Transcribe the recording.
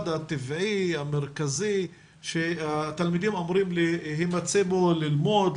הטבעי המרכזי שהתלמידים אמורים להימצא בו ללמוד,